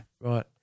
Right